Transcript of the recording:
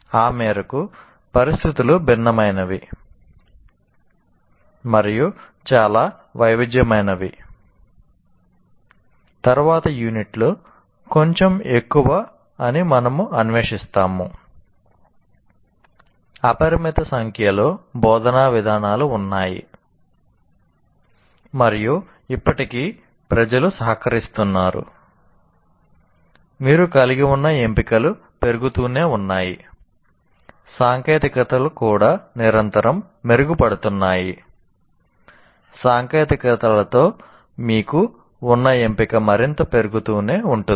ఆ మేరకు పరిస్థితులు భిన్నమైనవి మరియు చాలా వైవిధ్యమైనవి సాంకేతికతలతో మీకు ఉన్న ఎంపిక మరింత పెరుగుతూనే ఉంటుంది